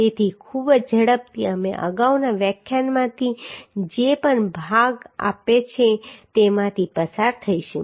તેથી ખૂબ જ ઝડપથી અમે અગાઉના વ્યાખ્યાનમાંથી જે પણ ભાગ આપ્યો છે તેમાંથી પસાર થઈશું